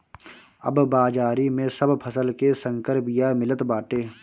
अब बाजारी में सब फसल के संकर बिया मिलत बाटे